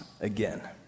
again